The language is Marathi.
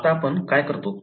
आता आपण काय करतो